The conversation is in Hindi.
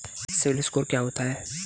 सिबिल स्कोर क्या होता है?